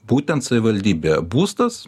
būtent savivaldybėje būstas